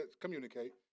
communicate